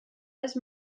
les